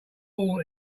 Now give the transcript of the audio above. all